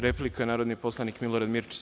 Replika, narodni poslanik Milorad Mirčić.